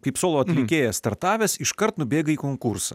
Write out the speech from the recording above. kaip solo atlikėjas startavęs iškart nubėgai į konkursą